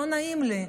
לא נעים לי,